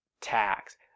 tax